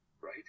right